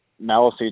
Malice